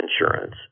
insurance